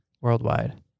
worldwide